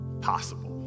possible